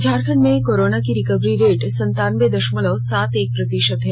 झारखंड में कोरोना की recovery rate सनतानबे दशमलव सात एक प्रतिशत है